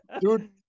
Dude